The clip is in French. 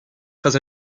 très